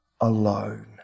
alone